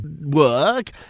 work